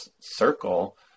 circle